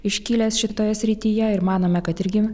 iškilęs šitoje srityje ir manome kad irgi